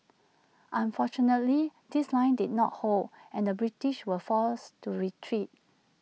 unfortunately this line did not hold and the British were forced to retreat